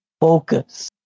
Focus